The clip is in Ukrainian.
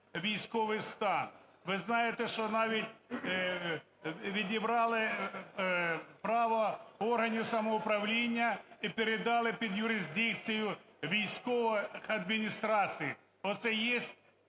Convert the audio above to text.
військовий стан. Ви знаєте, що навіть відібрали право у органів самоуправління і передали під юрисдикцію військових адміністрацій. Оце є